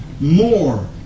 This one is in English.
more